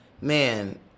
man